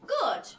Good